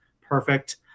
perfect